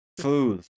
food